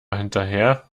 hinterher